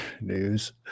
news